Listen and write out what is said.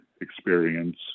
experience